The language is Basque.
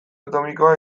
atomikoa